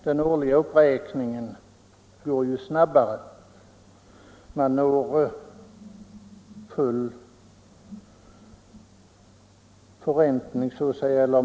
Den årliga uppräkningen går snabbare.